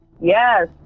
Yes